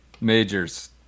majors